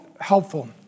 helpful